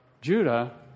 Judah